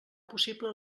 possible